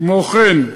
כמו כן,